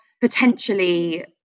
potentially